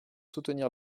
soutenir